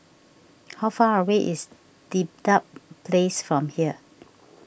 how far away is Dedap Place from here